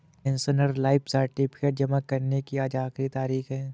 pensioner life certificate जमा करने की आज आखिरी तारीख है